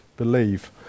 believe